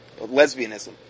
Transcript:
Lesbianism